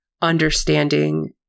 understanding